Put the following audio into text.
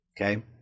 okay